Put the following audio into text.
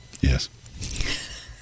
Yes